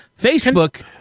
Facebook